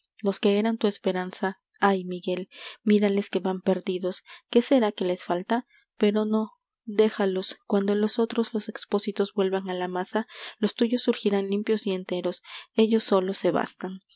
los que eran tu esperanza ay miguel mírales que van perdidos qué será que les falta pero no déjalos cuando los otros los expósitos vuelvan a la masa los tuyos surgirán limpios y enteros ellos solos se bastan